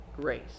grace